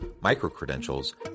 micro-credentials